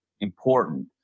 important